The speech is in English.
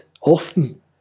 often